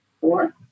four